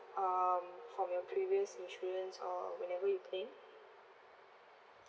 um from your previous insurance or whenever you claim